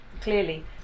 clearly